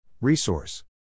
resource